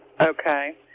Okay